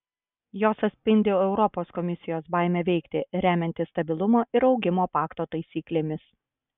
jos atspindi europos komisijos baimę veikti remiantis stabilumo ir augimo pakto taisyklėmis